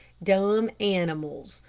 dumb animals.